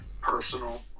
personal